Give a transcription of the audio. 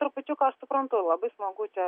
trupučiuką aš suprantu labai smagu čia